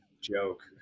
joke